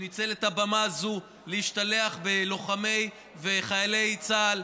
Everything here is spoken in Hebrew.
שניצל את הבמה הזאת להשתלח בלוחמי וחיילי צה"ל: